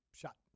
shot